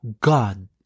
God